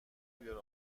بیار